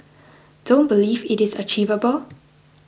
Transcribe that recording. don't believe it is achievable